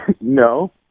No